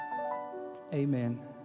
Amen